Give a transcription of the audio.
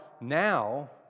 now